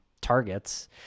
targets